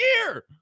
year